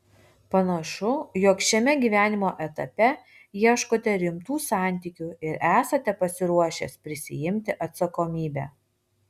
panašu jog šiame gyvenimo etape ieškote rimtų santykių ir esate pasiruošęs prisiimti atsakomybę